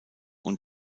und